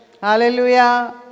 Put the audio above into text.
Hallelujah